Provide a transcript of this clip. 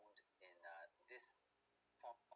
in uh this form of